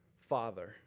Father